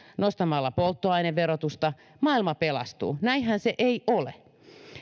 nostamalla polttoaineverotusta maailma pelastuu näinhän se ei ole